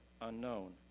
unknown